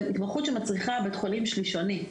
זאת התמחות שמצריכה בית חולים שלישוני.